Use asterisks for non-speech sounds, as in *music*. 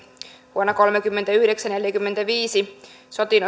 vuonna kolmekymmentäyhdeksän viiva neljäkymmentäviisi sotiin *unintelligible*